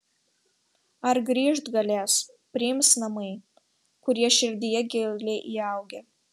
ar grįžt galės priims namai kurie širdyje giliai įaugę